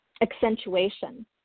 accentuation